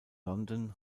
london